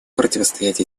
противостоять